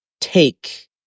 Take